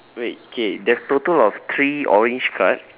wait okay there is total of three orange card